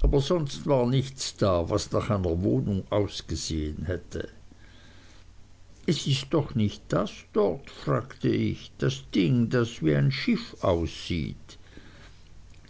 aber sonst war nichts da was nach einer wohnung ausgesehen hätte es ist doch nicht das dort fragte ich das ding das wie ein schiff aussieht